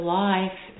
life